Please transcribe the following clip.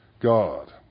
God